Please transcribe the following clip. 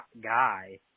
guy